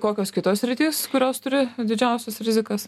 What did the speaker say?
kokios kitos sritys kurios turi didžiausias rizikas